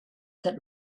that